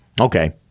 Okay